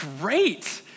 great